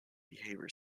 behavior